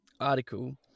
article